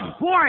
boy